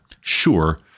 sure